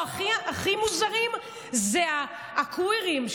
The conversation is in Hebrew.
הכי מוזרים הם הקווירים,